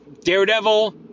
Daredevil